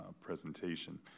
presentation